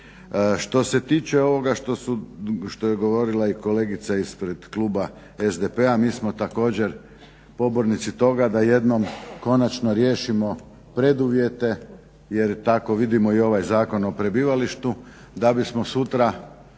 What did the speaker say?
Što se tiče ovoga što je govorila i kolegica ispred kluba SDP-a, mi smo također pobornici toga da jednom konačno riješimo preduvjete jer tako vidimo i ovaj zakon o prebivalištu da bimo sutra